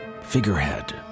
Figurehead